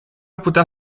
putea